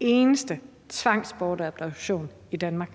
eneste tvangsbortadoption i Danmark?